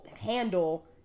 handle